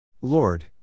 Lord